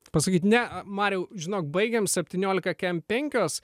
pasakyt ne mariau žinok baigiam septyniolika kem penkios